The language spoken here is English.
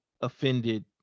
offended